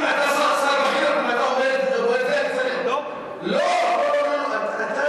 אם אתה שר בכיר ואתה אומר את זה, אני צריך, לא?